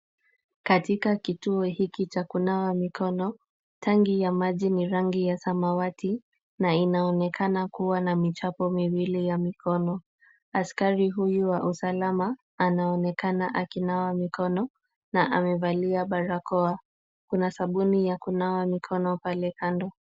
Katika kituo hiki cha kunawa mikono, tanki ya maji ni rangi ya samawati na inaonekana kuwa na michapo miwili ya mikono. Askari huyu wa usalama anaoenekana akinawa mikono na amevalia barakoa. Kuna sabuni ya kunawa mikono pale kando.